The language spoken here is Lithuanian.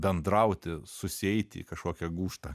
bendrauti susieiti į kažkokią gūžtą